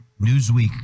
Newsweek